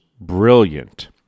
brilliant